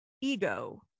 ego